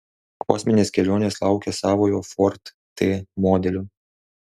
kosminės kelionės laukia savojo ford t modelio